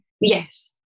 yes